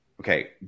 okay